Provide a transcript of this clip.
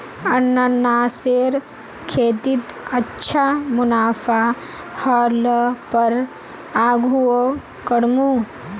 अनन्नासेर खेतीत अच्छा मुनाफा ह ल पर आघुओ करमु